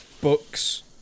books